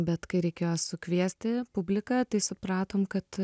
bet kai reikėjo sukviesti publiką tai supratom kad